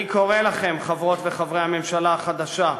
אני קורא לכם, חברות וחברי הממשלה החדשה,